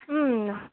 ꯎꯝ